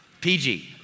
PG